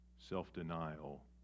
self-denial